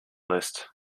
list